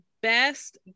best